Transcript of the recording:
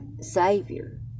savior